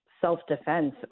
self-defense